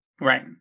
Right